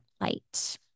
light